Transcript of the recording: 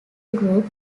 group